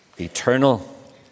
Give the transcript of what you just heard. eternal